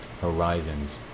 horizons